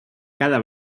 cada